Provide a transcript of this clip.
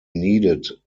needed